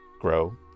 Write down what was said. grow